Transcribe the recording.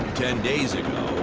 ten days ago.